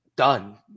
done